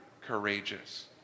courageous